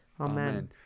amen